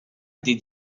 did